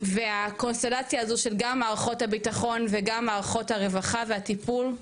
והקונסטלציה הזו של גם מערכות הביטחון וגם מערכות הרווחה והטיפול,